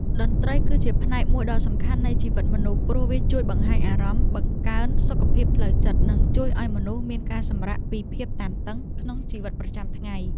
តន្ត្រីគឺជាផ្នែកមួយដ៏សំខាន់នៃជីវិតមនុស្ស ព្រោះវាជួយបង្ហាញអារម្មណ៍ បង្កើនសុខភាពផ្លូវចិត្ត និងជួយឱ្យមនុស្សមានការសម្រាកពីភាពតានតឹងក្នុងជីវិតប្រចាំថ្ងៃ។